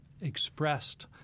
expressed